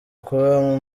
kuba